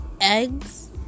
Eggs